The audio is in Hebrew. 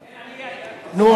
נו,